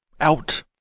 out